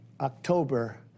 October